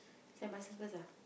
send my sisters ah